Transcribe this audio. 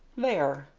there,